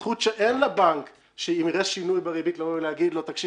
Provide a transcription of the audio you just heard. זכות שאין לבנק שאם יראה שינוי בריבית יוכל להגיד שמע,